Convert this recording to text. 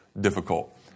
difficult